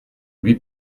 lui